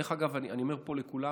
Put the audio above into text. דרך אגב, אני אומר פה לכולם.